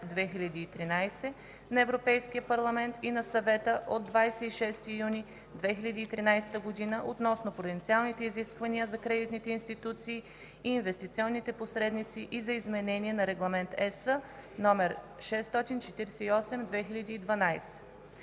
на Европейския парламент и на Съвета от 26 юни 2013 г. относно пруденциалните изисквания за кредитните институции и инвестиционните посредници и за изменение на Регламент (ЕС) № 648/2012.